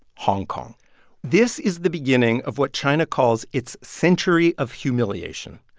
hong kong this is the beginning of what china calls its century of humiliation.